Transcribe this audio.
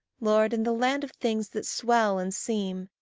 lord, in the land of things that swell and seem,